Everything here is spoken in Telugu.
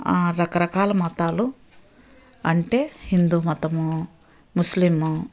రకరకాల మతాలు అంటే హిందూ మతము ముస్లిమ్